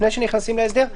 לפני שנכנסים להסדר,